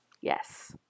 Yes